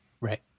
right